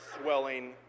swelling